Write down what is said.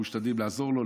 אנחנו משתדלים לעזור לו,